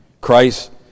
Christ